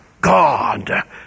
God